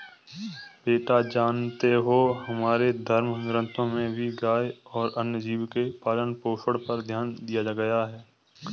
बेटा जानते हो हमारे धर्म ग्रंथों में भी गाय और अन्य जीव के पालन पोषण पर ध्यान दिया गया है